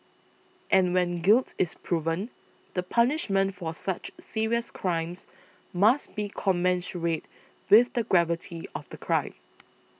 and when guilt is proven the punishment for such serious crimes must be commensurate with the gravity of the crime